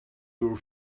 were